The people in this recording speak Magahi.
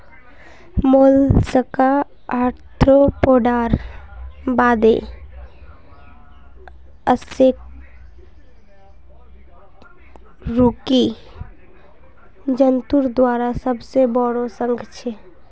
मोलस्का आर्थ्रोपोडार बादे अकशेरुकी जंतुर दूसरा सबसे बोरो संघ छे